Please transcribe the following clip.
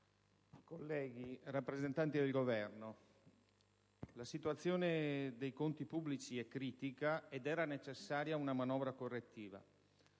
colleghi, rappresentanti del Governo, la situazione dei conti pubblici è critica ed era necessaria una manovra correttiva.